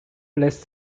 lässt